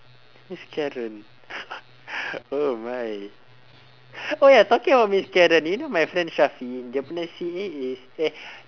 miss karen oh my oh ya talking about miss karen do you know my friend shafi dia punya C_A is eh